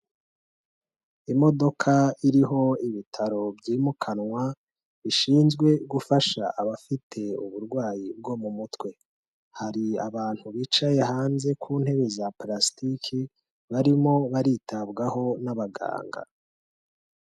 Imodoka iriho ibitaro byimukanwa, bishinzwe gufasha abafite uburwayi bwo mu mutwe. Hari abantu bicaye hanze ku ntebe za parasitiki, barimo baritabwaho n'abaganga.